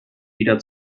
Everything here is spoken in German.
wieder